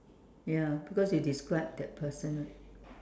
ya because you describe that person right